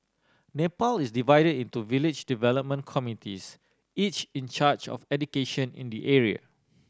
Nepal is divide into village development committees each in charge of education in the area